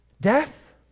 death